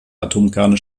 atomkerne